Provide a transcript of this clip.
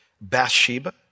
Bathsheba